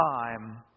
time